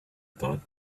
thought